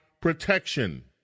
protection